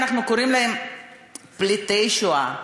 אנחנו קוראים להם פליטי שואה,